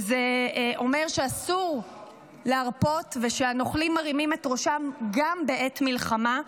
וזה אומר שאסור להרפות ושהנוכלים מרימים את ראשם גם בעת מלחמה.